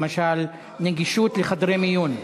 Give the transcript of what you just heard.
למשל לנגישות לחדרי מיון?